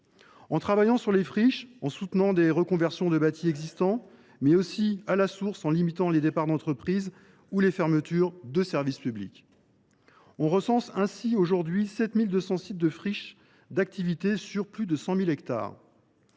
en travaillant sur les friches, en soutenant des reconversions du bâti existant, mais aussi, à la source, en limitant les départs d’entreprises ou les fermetures de services publics. Aujourd’hui, on recense ainsi 7 200 sites de friches d’activité sur plus de 100 000 hectares.